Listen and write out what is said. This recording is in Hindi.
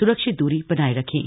सुरक्षित दूरी बनाए रखें